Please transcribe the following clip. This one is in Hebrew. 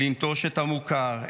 לנטוש את המוכר,